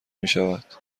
میشود